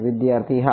વિદ્યાર્થી હા